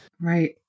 right